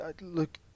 look